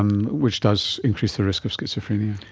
um which does increase the risk of schizophrenia?